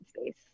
space